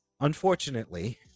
Unfortunately